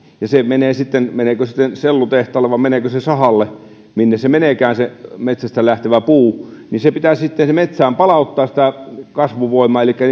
ja se menee sitten meneekö sellutehtaalle vai meneekö se sahalle minne meneekään se metsästä lähtevä puu ja metsään pitää palauttaa sitä kasvuvoimaa elikkä